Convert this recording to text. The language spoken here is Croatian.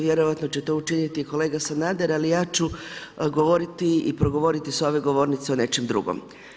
Vjerojatno će to učiniti kolega Sanader, ali ja ću govoriti i progovoriti sa ove govornice o nečem drugom.